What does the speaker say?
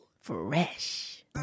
Fresh